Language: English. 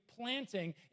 planting